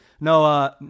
No